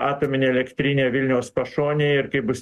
atominę elektrinę vilniaus pašonėj ir kai bus